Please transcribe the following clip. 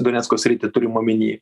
donecko sritį turim omeny